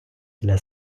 для